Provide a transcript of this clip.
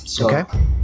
Okay